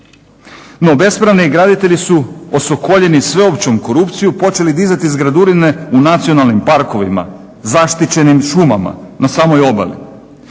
No bespravni graditelji su osokoljeni sveopćom korupcijom počeli dizati zgradurine u nacionalnim parkovima, zaštićenim šumama, na samoj obali.